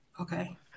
Okay